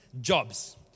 jobs